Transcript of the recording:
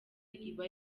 iba